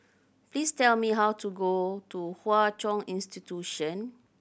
please tell me how to go to Hwa Chong Institution